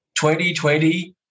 2020